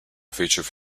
featured